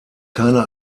keine